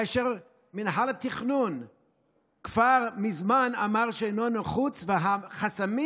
כאשר מינהל התכנון כבר מזמן אמר שאינו נחוץ והחסמים